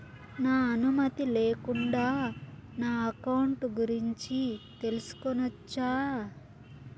నా అనుమతి లేకుండా నా అకౌంట్ గురించి తెలుసుకొనొచ్చా?